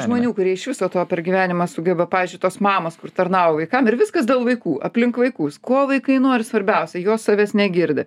žmonių kurie iš viso to per gyvenimą sugeba pavyzdžiui tos mamos kur tarnavo vaikam ir viskas dėl vaikų aplink vaikus ko vaikai nori svarbiausia jos savęs negirdi